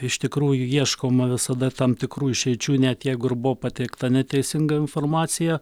iš tikrųjų ieškoma visada tam tikrų išeičių net jeigu ir buvo pateikta neteisinga informacija